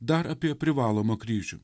dar apie privalomą kryžių